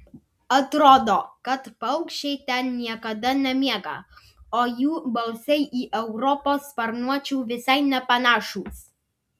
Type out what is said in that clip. atrodo kad paukščiai ten niekada nemiega o jų balsai į europos sparnuočių visai nepanašūs